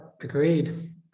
agreed